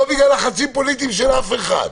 לא בגלל לחצים פוליטיים של אף אחד.